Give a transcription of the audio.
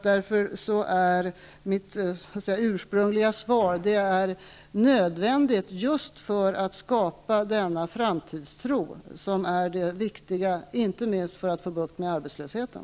Därför är mitt svar: Det är nödvändigt för att skapa denna framtidstro, som är viktig, inte minst för att få bukt med arbetslösheten.